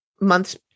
months